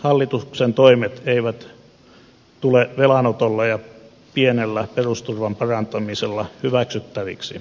hallituksen toimet eivät tule velanotolla ja pienellä perusturvan parantamisella hyväksyttäviksi